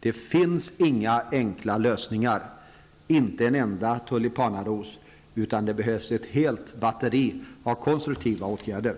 Det finns inga enkla lösningar. Det finns inte en enda ''tulipanaros'' utan det behövs ett helt ''batteri'' av konstruktiva åtgärder.